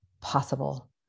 possible